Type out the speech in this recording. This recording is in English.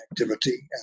activity